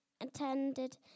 attended